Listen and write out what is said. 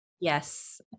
Yes